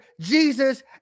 Jesus